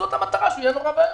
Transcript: זאת המטרה, שהוא יהיה נורא ואיום.